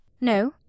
No